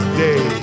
day